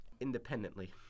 Independently